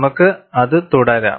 നമുക്ക് അത് തുടരാം